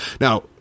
Now